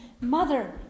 Mother